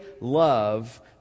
love